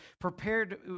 prepared